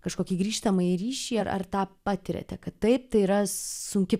kažkokį grįžtamąjį ryšį ar ar tą patiriate kad taip tai yra sunki